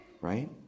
right